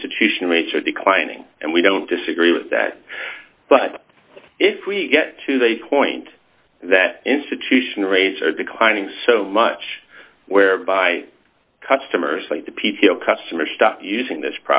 institution rates are declining and we don't disagree with that but if we get to the point that institution rates are declining so much whereby customers like the p t o customer stop using this